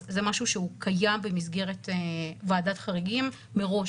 זה משהו שהוא קיים במסגרת ועדת חריגים מראש,